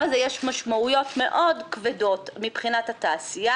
הזה יש משמעויות מאוד כבדות מבחינת התעשייה.